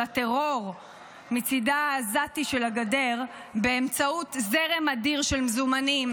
הטרור מצידה העזתי של הגדר באמצעות זרם אדיר של מזומנים.